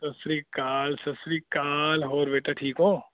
ਸਤਿ ਸ਼੍ਰੀ ਅਕਾਲ ਸਤਿ ਸ਼੍ਰੀ ਅਕਾਲ ਹੋਰ ਬੇਟਾ ਠੀਕ ਹੋ